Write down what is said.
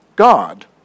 God